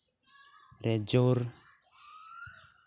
ᱨᱮ ᱡᱳᱨ